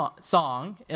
song